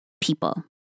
people